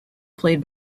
played